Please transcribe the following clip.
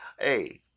hey